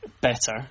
better